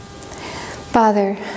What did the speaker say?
Father